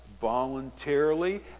voluntarily